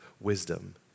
wisdom